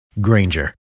Granger